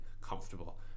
comfortable